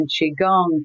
Qigong